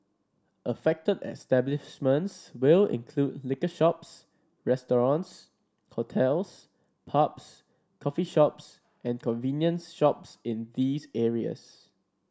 affected establishments will include liquor shops restaurants hotels pubs coffee shops and convenience shops in these areas